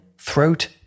throat